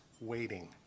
waiting